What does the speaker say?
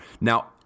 now